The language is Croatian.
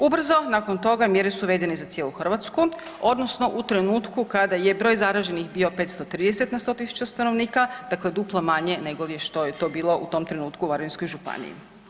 Ubrzo nakon toga mjere su uvedene i za cijelu Hrvatsku odnosno u trenutku kada je broj zaraženih bio 530 na 100.000 stanovnika dakle duplo manje negoli što je to bilo u tom trenutku u Varaždinskoj županiji.